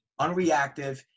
Unreactive